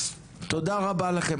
תודה רבה לכם,